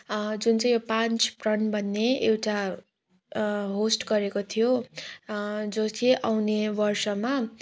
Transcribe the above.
जुन चाहिँ यो पाँच प्रण भन्ने एउटा होस्ट गरेको थियो जो चाहिँ आउने बर्षमा